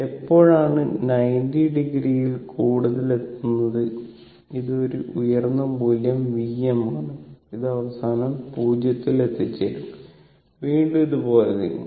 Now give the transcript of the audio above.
എപ്പോഴാണ് 90 o ൽ കൂടുതൽ എത്തുന്നത് ഇത് ഒരു ഉയർന്ന മൂല്യം Vm ആണ് അത് അവസാനം 0 ൽ എത്തിച്ചേരും വീണ്ടും ഇത് ഇതുപോലെ നീങ്ങും